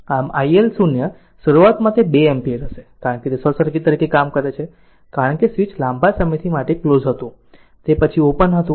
આમ i L 0 શરૂઆતમાં તે 2 એમ્પીયર હશે કારણ કે તે શોર્ટ સર્કિટ તરીકે કામ કરે છે કારણ કે સ્વીચ તે લાંબા સમય માટે ક્લોઝ હતું તે પછી તે ઓપન હતું